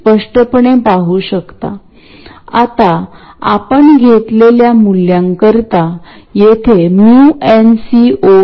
परंतु काळ्या रंगात मी जे दर्शवित आहे ते म्हणजे कॉमन सोर्स ऍम्प्लिफायर आहे